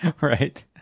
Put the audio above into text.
Right